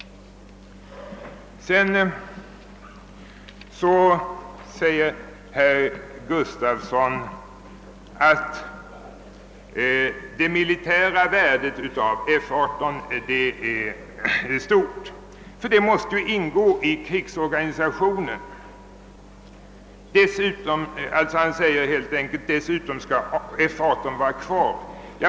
Herr Gustafsson i Uddevalla sade vidare att F 18:s militära värde är stort, eftersom det måste ingå i krigsorganisationen. Han sade helt enkelt att F 18 skall vara kvar.